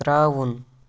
ترٛاوُن